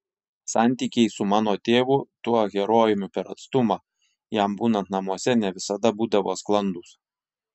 santykiai su mano tėvu tuo herojumi per atstumą jam būnant namuose ne visada būdavo sklandūs